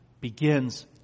begins